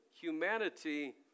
humanity